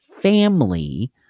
family